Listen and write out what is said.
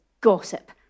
gossip